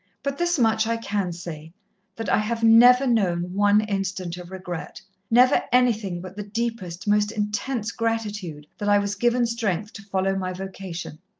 but this much i can say that i have never known one instant of regret never anything but the deepest, most intense gratitude that i was given strength to follow my vocation.